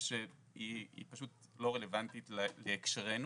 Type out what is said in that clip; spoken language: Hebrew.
שהיא פשוט לא רלוונטית להקשרנו.